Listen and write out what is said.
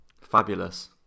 Fabulous